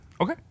Okay